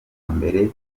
mbere